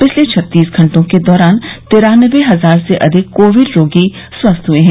पिछले छत्तीस घंटे के दौरान तिरान्नबे हजार से अधिक कोविड रोगी स्वस्थ हुए हैं